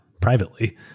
privately